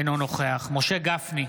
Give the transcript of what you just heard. אינו נוכח משה גפני,